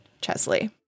Chesley